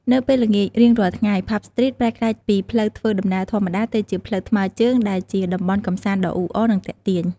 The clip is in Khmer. នៅពេលល្ងាចរៀងរាល់ថ្ងៃ ផាប់ ស្ទ្រីត ប្រែក្លាយពីផ្លូវធ្វើដំណើរធម្មតាទៅជាផ្លូវថ្មើរជើងដែលជាតំបន់កម្សាន្តដ៏អ៊ូអរ និងទាក់ទាញ។